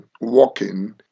walking